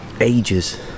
ages